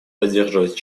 поддерживать